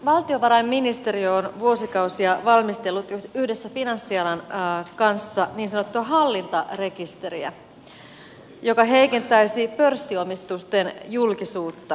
valtiovarainministeriö on vuosikausia valmistellut yhdessä finanssialan kanssa niin sanottua hallintarekisteriä joka heikentäisi pörssiomistusten julkisuutta